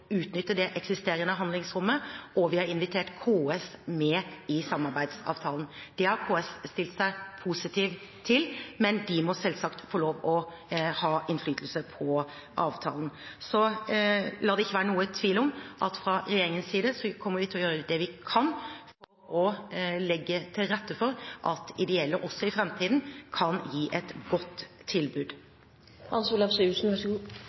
utnytte det eksisterende handlingsrommet, og vi har invitert KS med i samarbeidsavtalen. Det har KS stilt seg positiv til, men de må selvsagt få lov til å ha innflytelse på avtalen. La det ikke være noen tvil om at vi fra regjeringens side kommer til å gjøre det vi kan, og vil legge til rette for at ideelle også i framtiden kan gi et godt